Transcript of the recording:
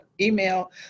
email